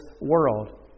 world